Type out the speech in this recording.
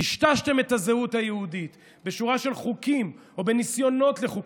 טשטשתם את הזהות היהודית בשורה של חוקים או בניסיונות לחוקים,